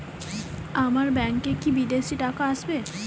আমার ব্যংকে কি বিদেশি টাকা আসবে?